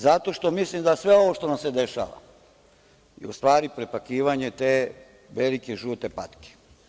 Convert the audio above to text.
Zato što mislim da sve ovo što nam se dešava je u stvari prepakivanje te velike žute patke.